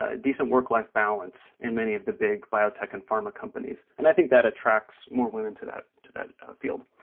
ah decent work-life balance in many of the big biotech and pharma companies. and i think that attracts more women to that to that field.